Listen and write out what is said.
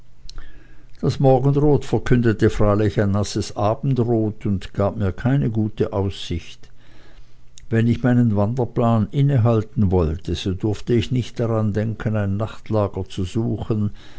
das morgenrot verkündete freilich ein nasses abendbrot und gab mir keine gute aussicht wenn ich meinen wanderplan innehalten wollte so durfte ich nicht daran denken ein nachtlager zu suchen